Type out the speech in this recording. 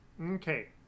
Okay